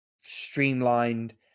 streamlined